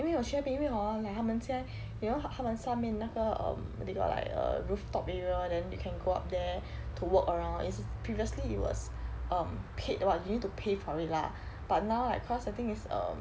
因为我去那边因为 hor 他们现在 you know 他他们上面那个 um they got like err rooftop area then you can go up there to walk around it's previously it was um paid [one] you need to pay for it lah but now right cause I think it's err